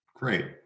Great